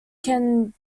can